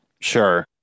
Sure